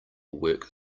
work